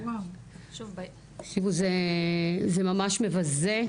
תראו זה ממש מבזה,